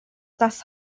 das